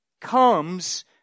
comes